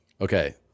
Okay